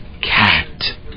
Cat